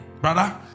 brother